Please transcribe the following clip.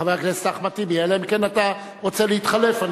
חבר הכנסת אחמד טיבי, אלא אם כן אתה רוצה להתחלף.